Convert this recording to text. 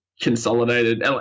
consolidated